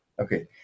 Okay